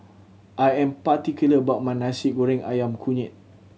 I am particular about my Nasi Goreng Ayam Kunyit